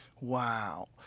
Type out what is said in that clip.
Wow